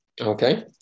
Okay